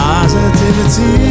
Positivity